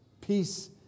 Peace